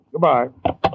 Goodbye